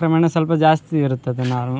ಕ್ರಮೇಣ ಸ್ವಲ್ಪ ಜಾಸ್ತಿ ಇರ್ತದೆ ನಾವು